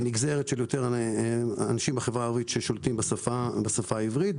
נגזרת של יותר אנשים בחברה הערבית ששולטים בשפה העברית.